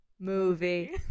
movie